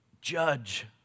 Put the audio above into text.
judge